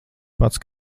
pats